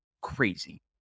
crazy